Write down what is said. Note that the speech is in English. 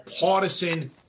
partisan